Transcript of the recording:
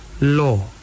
law